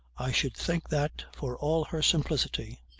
i should think that, for all her simplicity,